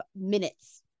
minutes